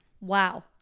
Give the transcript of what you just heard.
Wow